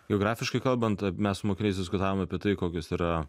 geografiškai kalbant mes su mokiniais diskutavom apie tai kokios yra